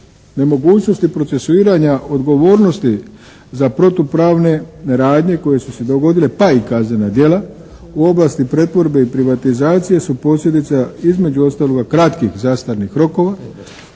nemogućnosti procesuiranja odgovornosti za protupravne radnje koje su se dogodile pa i kaznena djela u oblasti pretvorbe i privatizacije su posljedica između ostaloga kratkih zastarnih rokova